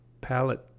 palette